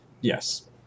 Yes